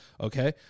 okay